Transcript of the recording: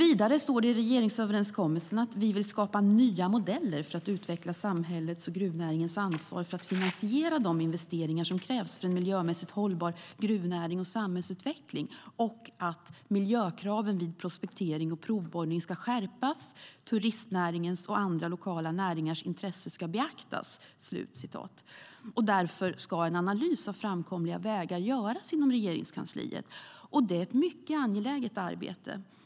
Vidare står det i regeringsöverenskommelsen: Vi vill skapa nya modeller för att utveckla samhällets och gruvnäringens ansvar för att finansiera de investeringar som krävs för en miljömässigt hållbar gruvnäring och samhällsutveckling. Det står också: Miljökraven vid prospektering och provborrning ska skärpas. Turistnäringens och andra lokala näringars intresse ska beaktas. Därför ska en analys av framkomliga vägar göras inom Regeringskansliet. Det är ett mycket angeläget arbete.